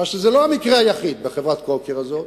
זה לא המקרה היחיד בחברת "קרוקר" הזאת,